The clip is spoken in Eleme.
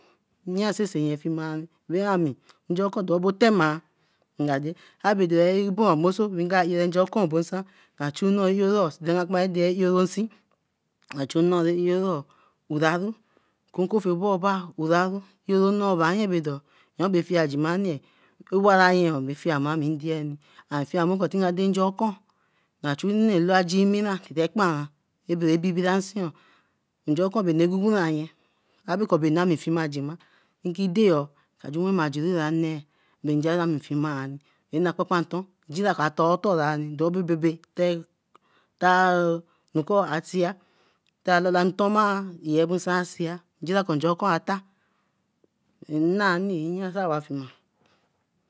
Nyea sisi nye fimarie, ami nja okun tema nka dei abe dere ngi bo moso nga eyeh nja okun bo san nka chu nnoo ra orooo nde ra kra kparu dei oronsi, nka chu nnoo ra eroo uraru konkonfea uraru yoro nnoo bayen badoo yon bai fie jimaru owarayo bai fie ma mi ndei afiemiru keh nka dei njo okun bababibira nsen. Nja okun bai anu ragugurayen abe kor ba na majima ki deyo ajuri bae nja ami fimi. Nka pakpanton njira ka ton otor raye babe tein anukwu a tear tar atala ntoma yebosansia nja okun atar in naniya afima.